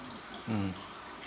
mm